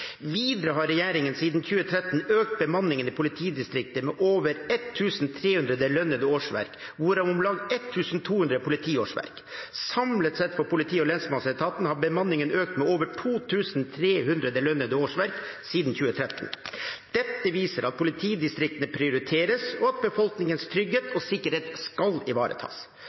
Videre har regjeringen siden 2013 økt bemanningen i politidistriktene med over 1 300 lønnede årsverk, hvor om lag 1 200 er politiårsverk. Samlet sett for politi- og lensmannsetaten har bemanningen økt med over 2 300 lønnede årsverk siden 2013. Dette viser at politidistriktene prioriteres, og at befolkningens trygghet og sikkerhet skal ivaretas.